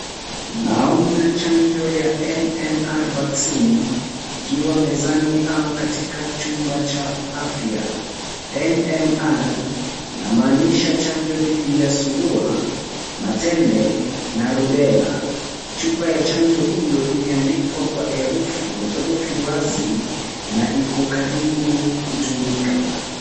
Naona chanjo ya MMR vaccine ikiwa mezani au katika chumba cha afya. MMR inamaanisha chanjo dhidi ya surua, matende na rubela. Chupa ya chanjo hiyo imeandikwa kwa herufi wazi na iko karibu kutumika.